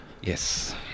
Yes